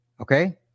Okay